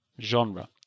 genre